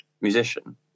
musician